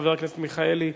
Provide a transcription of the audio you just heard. חבר הכנסת מיכאלי,